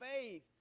faith